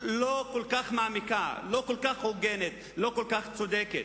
לא כל כך מעמיקה, לא כל כך הוגנת, לא כל כך צודקת.